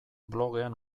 blogean